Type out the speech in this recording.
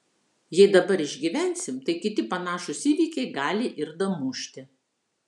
jei dabar išgyvensim tai kiti panašūs įvykiai gali ir damušti